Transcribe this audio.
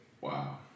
Wow